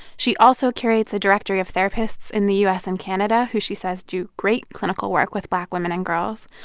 she also curates a directory of therapists in the u s. and canada who she says do great clinical work with black women and girls,